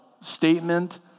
statement